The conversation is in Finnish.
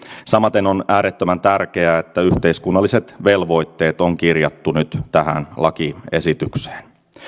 samaten on äärettömän tärkeää että yhteiskunnalliset velvoitteet on kirjattu nyt tähän lakiesitykseen